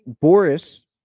Boris